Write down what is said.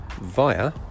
via